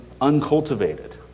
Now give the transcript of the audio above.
uncultivated